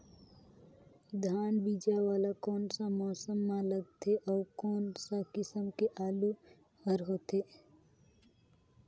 धान बीजा वाला कोन सा मौसम म लगथे अउ कोन सा किसम के आलू हर होथे?